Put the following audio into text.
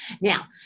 Now